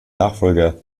nachfolger